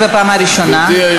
בבקשה,